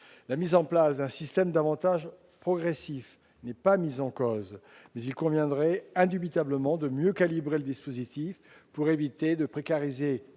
L'instauration d'un système plus progressif n'est pas mise en cause, mais il conviendrait indubitablement de mieux calibrer le dispositif, pour éviter de précariser